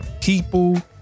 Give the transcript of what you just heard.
people